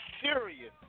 serious